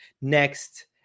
next